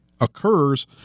Occurs